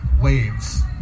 waves